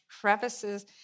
crevices